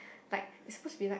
like it's supposed to be like